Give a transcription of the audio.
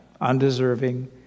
undeserving